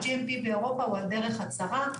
ה-GMP באירופה הוא על דרך הצהרה,